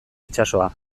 itsasoa